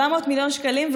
400 מיליון שקלים,